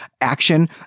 action